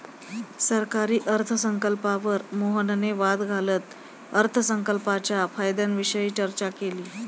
सरकारी अर्थसंकल्पावर मोहनने वाद घालत अर्थसंकल्पाच्या फायद्यांविषयी चर्चा केली